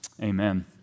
Amen